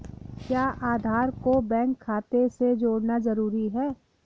क्या आधार को बैंक खाते से जोड़ना जरूरी है?